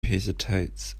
hesitates